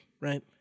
right